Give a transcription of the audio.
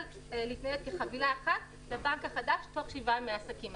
להתנייד כחבילה אחת לבנק החדש תוך שבעה ימי עסקים.